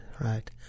right